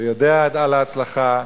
ויודע על ההצלחה.